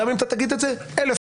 גם אם תגיד את זה אלף פעמים.